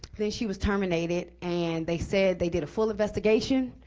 then she was terminated and they said they did a full investigation,